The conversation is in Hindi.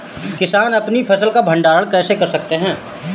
किसान अपनी फसल का भंडारण कैसे कर सकते हैं?